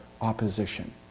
opposition